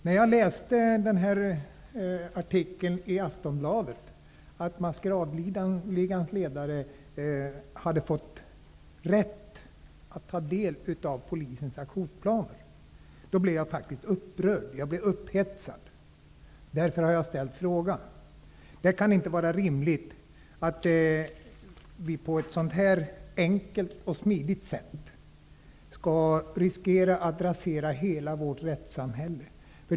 När jag läste en artikel i Aftonbladet, där det stod att maskeradligans ledare hade fått rätt att ta del av Polisens aktionsplaner, blev jag faktiskt upprörd. Ja, jag kan säga att jag blev upphetsad. Det är bakgrunden till min fråga. Det kan inte vara rimligt att vi -- när detta på ett enkelt och smidigt sätt kan undvikas -- riskerar att vårt rättssamhälle raseras.